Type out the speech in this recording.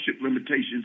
limitations